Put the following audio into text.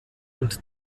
und